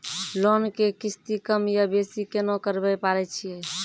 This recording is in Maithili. लोन के किस्ती कम या बेसी केना करबै पारे छियै?